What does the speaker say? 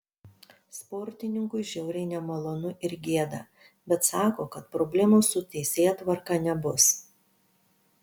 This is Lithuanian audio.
sportininkui žiauriai nemalonu ir gėda bet sako kad problemų su teisėtvarka nebus